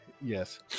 yes